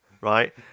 right